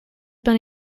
been